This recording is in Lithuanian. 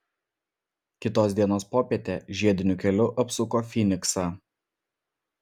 kitos dienos popietę žiediniu keliu apsuko fyniksą